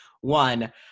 one